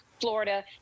Florida